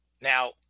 Now